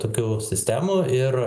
tokių sistemų ir